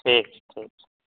ठीक छै ठीक छै